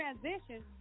transition